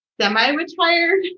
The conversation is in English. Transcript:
Semi-retired